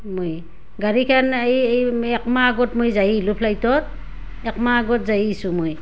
মই গাড়ীখন এই এই একমাহ আগত মই যাই আহিলোঁ ফ্লাইটত একমাহ আগত যাই আহিছোঁ মই